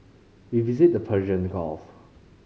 we visited the Persian Gulf